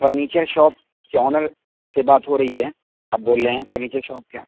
furniture shop کے owner سے بات ہو رہی ہے آپ بول رہے ہیں فرنیچر شاپ کیا